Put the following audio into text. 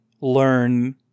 learn